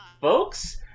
folks